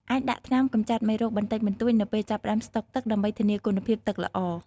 អាចដាក់ថ្នាំកម្ចាត់មេរោគបន្តិចបន្តួចនៅពេលចាប់ផ្តើមស្តុកទឹក ដើម្បីធានាគុណភាពទឹកល្អ។